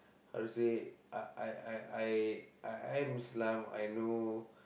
how to say I I I I I am Islam I know